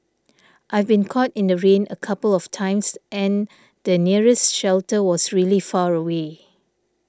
I've been caught in the rain a couple of times and the nearest shelter was really far away